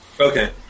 okay